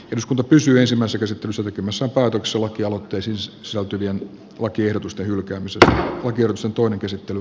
jos kunto pysyy esillä sekä sitten selkänsä päätöksen lakialoitteisiinsa sisältyvien lakiehdotusten hylkäämisestä oikeusjutun käsittely